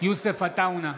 יוסף עטאונה,